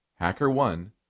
HackerOne